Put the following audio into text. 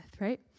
right